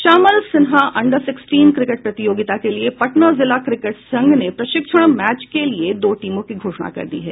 Shyamal Sinha under sixteen cricket प्रतियोगिता के लिये पटना जिला क्रिकेट संघ ने प्रशिक्षण मैच के लिये दो टीमों की घोषणा कर दी है